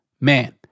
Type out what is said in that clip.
Man